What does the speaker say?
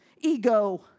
ego